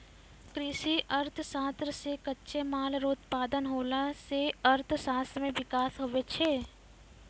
कृषि अर्थशास्त्र से कच्चे माल रो उत्पादन होला से अर्थशास्त्र मे विकास हुवै छै